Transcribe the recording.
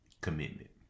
commitment